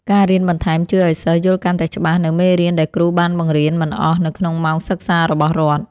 ការរៀនបន្ថែមជួយឱ្យសិស្សយល់កាន់តែច្បាស់នូវមេរៀនដែលគ្រូបានបង្រៀនមិនអស់នៅក្នុងម៉ោងសិក្សារបស់រដ្ឋ។